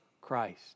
Christ